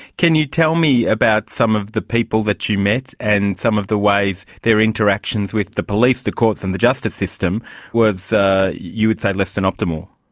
can you tell me about some of the people that you met and some of the ways their interactions with the police, the courts and the justice system was you would say less than optimal?